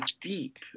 deep